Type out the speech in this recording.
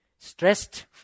Stressed